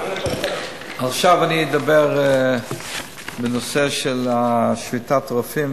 עכשיו אני אדבר בנושא של שביתת הרופאים,